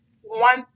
one